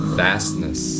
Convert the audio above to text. vastness